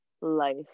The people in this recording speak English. life